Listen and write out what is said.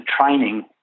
training